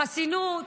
החסינות